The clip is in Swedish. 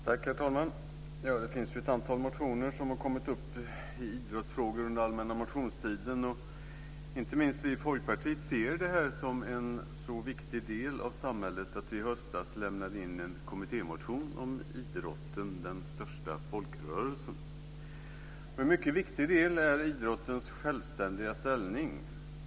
Herr talman! Det finns ett antal motioner om idrottsfrågor som har kommit upp under allmänna motionstiden. Inte minst vi i Folkpartiet ser det här som en så viktig del av samhället att vi i höstas lämnade in en kommittémotion om idrotten, den största folkrörelsen. En mycket viktig del är idrottens självständiga ställning.